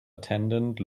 attendant